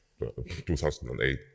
2008